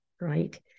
right